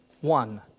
one